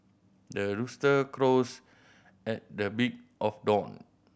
the rooster crows at the big of dawn